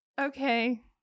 Okay